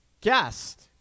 guest